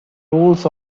rules